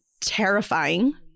terrifying